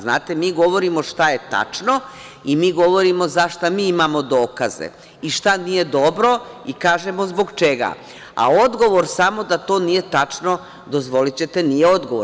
Znate, mi govorimo šta je tačno i mi govorimo za šta mi imamo dokaze i šta nije dobro, i kažemo zbog čega, a odgovor samo da to nije tačno, dozvolićete, nije odgovor.